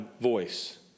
voice